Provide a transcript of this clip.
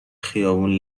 خیابون